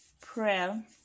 prayer